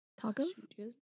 Tacos